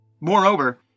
Moreover